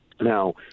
Now